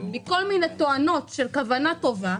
בכל מיני תואנות של כוונה טובה,